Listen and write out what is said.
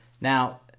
now